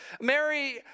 Mary